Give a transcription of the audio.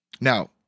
Now